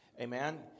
Amen